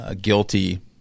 guilty